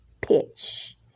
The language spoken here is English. pitch